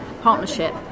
partnership